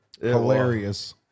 Hilarious